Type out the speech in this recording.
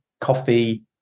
coffee